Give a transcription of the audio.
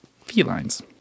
felines